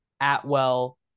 Atwell